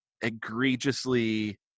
egregiously